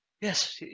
Yes